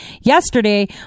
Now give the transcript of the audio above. yesterday